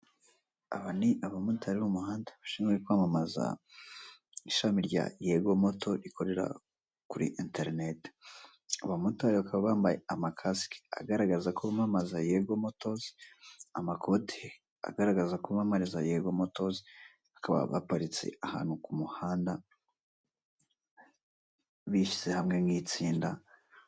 Aba ni abamotari bo mumuhanda bashinzwe kwamaamza ishami rya Yegomotozi rikorera kuri enternet abamotari bakaba bambaye amakasike agaragaza ko bamamaza yegomotozi amakoti agaragaza ko bamaamariza yegomotozi bakaba baparitse ahantu ku mumhanda bishize hamwe nk'itsinda.